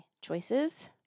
choices